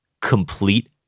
complete